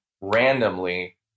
randomly